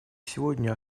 сегодня